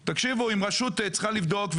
רשות צריכה לבדוק אז שתבדוק,